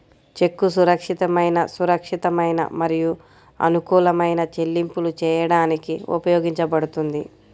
చెక్కు సురక్షితమైన, సురక్షితమైన మరియు అనుకూలమైన చెల్లింపులు చేయడానికి ఉపయోగించబడుతుంది